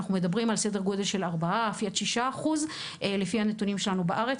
אנחנו מדברים על סדר גודל של 6-4 אחוזים לפי הנתונים שלנו בארץ,